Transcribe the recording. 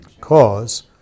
cause